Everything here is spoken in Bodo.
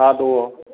हा दङ